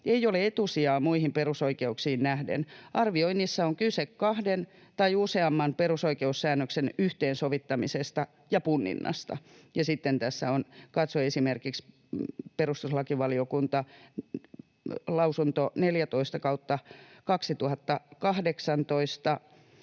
ei ole etusijaa muihin perusoikeuksiin nähden. Arvioinnissa on kyse kahden tai useamman perusoikeussäännöksen yhteensovittamisesta ja punninnasta (ks. esim. PeVL 14/2018,